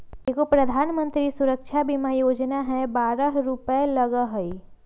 एगो प्रधानमंत्री सुरक्षा बीमा योजना है बारह रु लगहई?